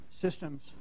systems